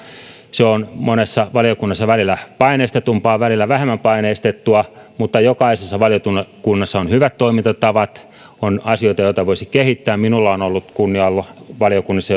se on monessa valiokunnassa välillä paineistetumpaa välillä vähemmän paineistettua niin jokaisessa valiokunnassa on hyvät toimintatavat ja on asioita joita voisi kehittää minulla on ollut kunnia olla valiokunnissa